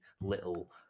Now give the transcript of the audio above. little